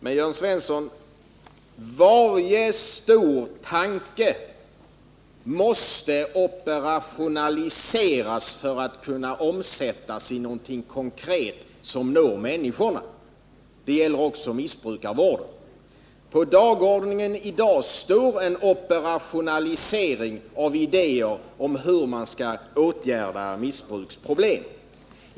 Men, Jörn Svensson, varje stor tanke måste operationaliseras för att kunna omsättas i något konkret som når människorna, och det gäller också inom missbrukarvården. På dagens föredragningslista står en operationalisering av idéer om hur man skall åtgärda missbruksproblem.